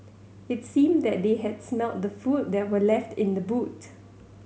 it seemed that they had smelt the food that were left in the boot